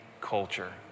culture